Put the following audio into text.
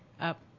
Up